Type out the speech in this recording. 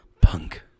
punk